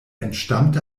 entstammte